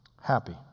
Happy